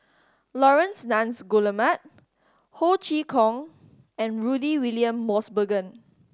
Laurence Nunns Guillemard Ho Chee Kong and Rudy William Mosbergen